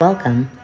Welcome